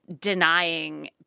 denying